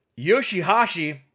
Yoshihashi